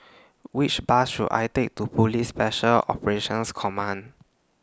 Which Bus should I Take to Police Special Operations Command